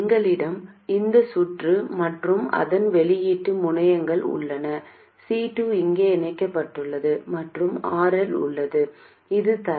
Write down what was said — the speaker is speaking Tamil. எங்களிடம் இந்த சுற்று மற்றும் அதன் வெளியீட்டு முனையங்கள் உள்ளன C2 இங்கே இணைக்கப்பட்டுள்ளது மற்றும் RL உள்ளது இது தரை